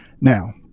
Now